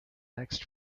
next